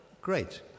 great